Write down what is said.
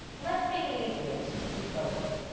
let's make it easier to see both.